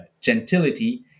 gentility